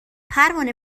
پروانه